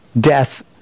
death